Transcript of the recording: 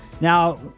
now